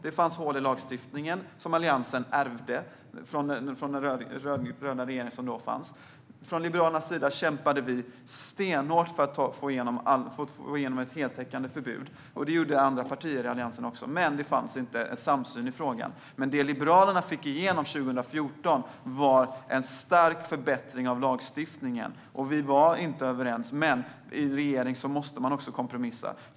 Det fanns hål i lagstiftningen, som Alliansen ärvde från den tidigare rödgröna regeringen. Från Liberalernas sida kämpade vi stenhårt för att få igenom ett heltäckande förbud - det gjorde också andra partier i Alliansen - men det fanns inte en samsyn i frågan. Men det Liberalerna fick igenom 2014 var en stark förbättring av lagstiftningen. Vi var inte överens, men i en regering måste man kunna kompromissa.